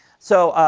so,